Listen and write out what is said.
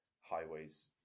Highways